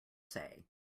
say